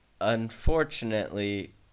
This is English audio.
unfortunately